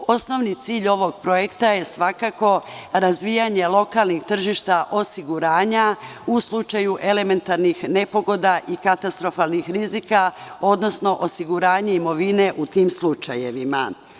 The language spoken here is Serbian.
Osnovni cilj ovog projekta je, svakako, razvijanje lokalnih tržišta osiguranja u slučaju elementarnih nepogoda i katastrofalnih rizika, odnosno osiguranje imovine u tim slučajevima.